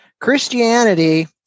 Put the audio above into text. Christianity